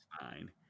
fine